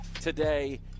today